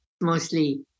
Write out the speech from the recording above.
Mostly